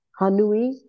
Hanui